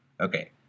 Okay